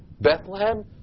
Bethlehem